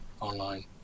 online